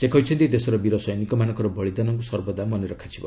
ସେ କହିଛନ୍ତି ଦେଶର ବୀର ସୈନିକମାନଙ୍କର ବଳିଦାନକୁ ସର୍ବଦା ମନେରଖାଯିବ